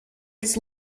its